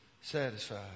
satisfied